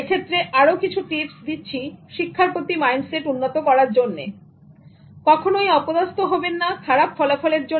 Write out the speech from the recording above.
এক্ষেত্রে আরো কিছু টিপস দিচ্ছি শিক্ষার প্রতি মাইন্ডসেট উন্নত করার জন্য কখনোই অপদস্ত হবেন না খারাপ ফলাফলের জন্য